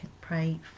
pray